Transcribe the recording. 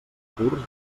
curs